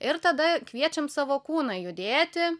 ir tada kviečiam savo kūną judėti